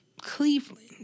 Cleveland